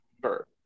sure